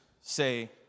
say